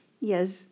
Yes